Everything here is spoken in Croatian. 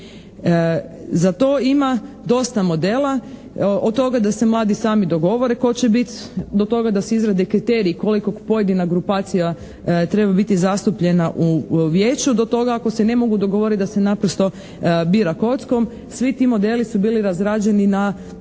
Za to ima dosta modela, od toga da se mladi sami dogovore tko će biti, do toga da se izrade kriteriji koliko pojedina grupacija treba biti zastupljena u Vijeću, do toga ako se ne mogu dogovoriti da se naprosto bira kockom. Svi ti modeli su bili razrađeni na, čini